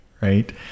right